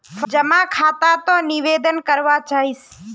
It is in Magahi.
जमा खाता त निवेदन करवा चाहीस?